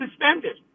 suspended